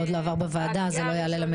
זה עוד לא עבר בוועדה, אז זה לא יעלה למליאה.